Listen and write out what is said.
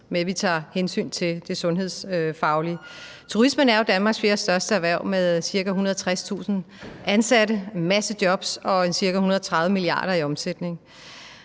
med vi tager hensyn til det sundhedsfaglige. Turismen er jo Danmarks fjerdestørste erhverv med ca. 160.000 ansatte – en masse jobs – og ca. 130 mia. kr. i omsætning.